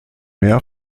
mehr